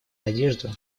надежду